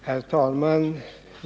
Herr talman!